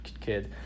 kid